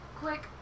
quick